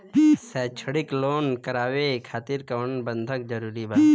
शैक्षणिक लोन करावे खातिर कउनो बंधक जरूरी बा?